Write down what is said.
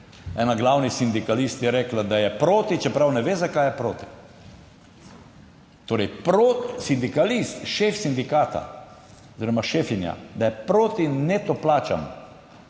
Ena glavnih sindikalist je rekla, da je proti, čeprav ne ve zakaj je proti. Torej sindikalist, šef sindikata oziroma šefinja, da je proti neto plačam.